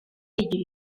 fiyi